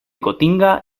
gotinga